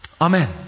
Amen